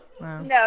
No